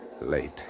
Late